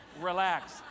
relax